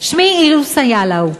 שמי איירוס איילאו,